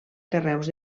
carreus